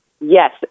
yes